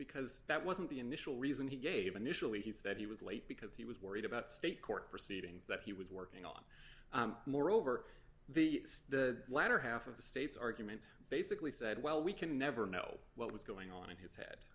because that wasn't the initial reason he gave initially he said he was late because he was worried about state court proceedings that he was working more over the the latter half of the state's argument basically said well we can never know what was going on in his head